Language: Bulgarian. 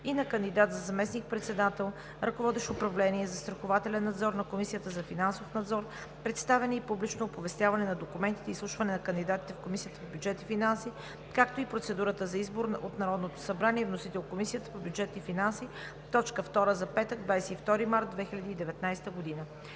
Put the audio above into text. и на кандидат за заместник-председател, ръководещ управление „Застрахователен надзор“, на Комисията за финансов надзор, представяне и публично оповестяване на документите и изслушването на кандидатите в Комисията по бюджет и финанси, както и процедурата за избор от Народното събрание. Вносител е Комисията по бюджет и финанси – точка втора за петък, 22 март 2019 г.